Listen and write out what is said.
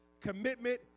Commitment